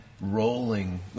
rolling